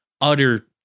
utter